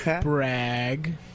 Brag